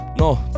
no